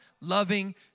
loving